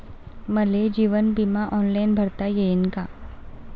मले जीवन बिमा ऑनलाईन भरता येईन का?